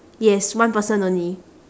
yes one person only